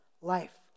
life